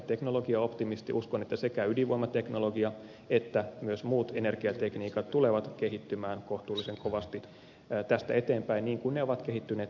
uskon että sekä ydinvoimateknologia että myös muut energiatekniikat tulevat kehittymään kohtuullisen kovasti tästä eteenpäin niin kuin ne ovat kehittyneet tähänkin asti